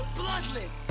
bloodless